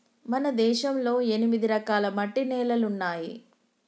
మన దేశంలో ఎనిమిది రకాల మట్టి నేలలున్నాయి